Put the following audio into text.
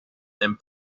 and